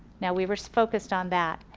now we were focused on that.